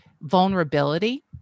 vulnerability